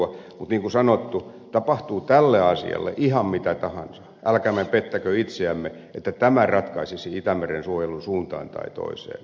mutta niin kuin sanottu tapahtuu tälle asialle ihan mitä tahansa älkäämme pettäkö itseämme että tämä ratkaisisi itämeren suojelun suuntaan tai toiseen